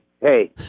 hey